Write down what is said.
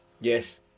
Yes